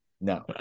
No